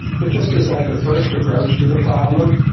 but just as like a first approach to the problem.